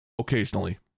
occasionally